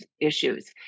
issues